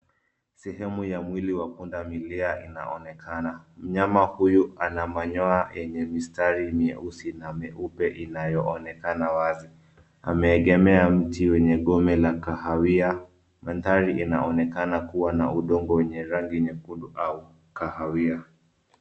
Sehemu ya mwili wa punda milia inaonekana. Mnyama huyu ana manyoa yenye mistari mieusi na meupe inayoonekana wazi. Ameegemea mti wenye gome la kahawia. Mandhari yanaonekana kuwa na udongo wenye rangi nyekundu au kahawia.